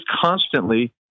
constantly